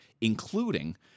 including